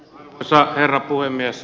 arvoisa herra puhemies